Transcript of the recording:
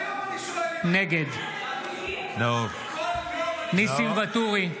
נגד ניסים ואטורי,